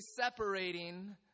separating